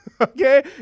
okay